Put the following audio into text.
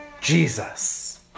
Jesus